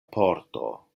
pordo